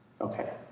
Okay